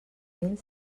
mil